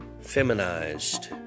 feminized